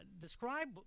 Describe